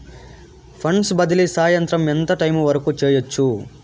funds బదిలీ సాయంత్రం ఎంత టైము వరకు చేయొచ్చు